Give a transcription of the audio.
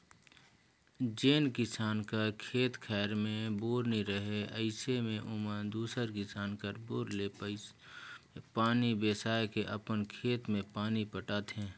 जेन किसान कर खेत खाएर मे बोर नी रहें अइसे मे ओमन दूसर किसान कर बोर ले पइसा मे पानी बेसाए के अपन खेत मे पानी पटाथे